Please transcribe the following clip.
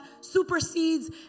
supersedes